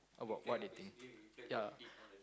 about what they think yeah